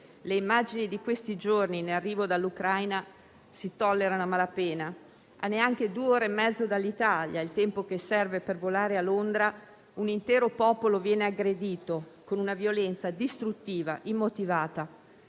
le immagini di questi giorni in arrivo dall'Ucraina si tollerano a malapena. A neanche due ore e mezzo dall'Italia - il tempo che serve per volare a Londra - un intero popolo viene aggredito con una violenza distruttiva e immotivata